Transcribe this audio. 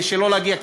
שלא להגיע,